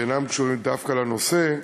שאינם קשורים דווקא לנושא,